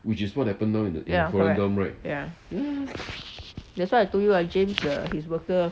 ya correct ya that's why I tell you uh james 的 his worker